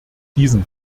diesen